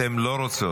אתן לא רוצות.